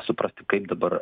suprasti kaip dabar